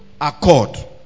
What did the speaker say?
accord